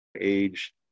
age